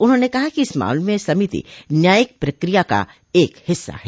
उन्होंने कहा कि इस मामले में समिति न्यायिक प्रक्रिया का एक हिस्सा है